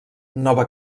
nova